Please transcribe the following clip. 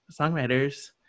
songwriters